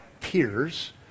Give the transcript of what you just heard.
peers